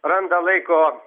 randa laiko